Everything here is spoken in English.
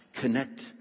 connect